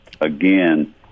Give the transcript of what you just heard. again